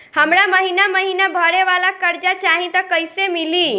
हमरा महिना महीना भरे वाला कर्जा चाही त कईसे मिली?